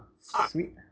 sweet